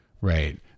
right